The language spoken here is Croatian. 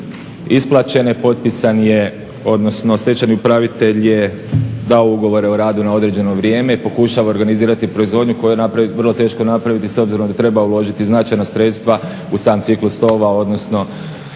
isplaćene, potpisan je odnosno stečajni upravitelj dao ugovore o radu na određeno vrijeme, pokušava organizirati proizvodnju koju je vrlo teško napraviti s obzirom da treba uložiti značajna sredstva u sam ciklus … odnosno